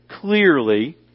clearly